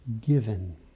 given